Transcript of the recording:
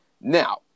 Now